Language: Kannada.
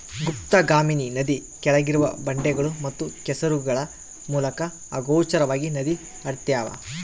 ಗುಪ್ತಗಾಮಿನಿ ನದಿ ಕೆಳಗಿರುವ ಬಂಡೆಗಳು ಮತ್ತು ಕೆಸರುಗಳ ಮೂಲಕ ಅಗೋಚರವಾಗಿ ನದಿ ಹರ್ತ್ಯಾವ